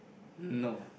no